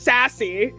Sassy